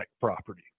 property